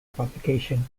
publication